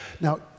now